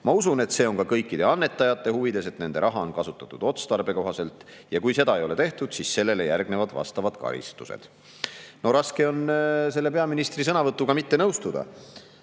Ma usun, et see on ka kõikide annetajate huvides, et nende raha on kasutatud otstarbekohaselt, ja kui seda ei ole tehtud, siis sellele järgnevad vastavad karistused." No raske on selle peaministri sõnavõtuga mitte nõustuda.